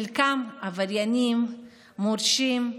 חלקם עבריינים מורשעים,